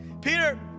Peter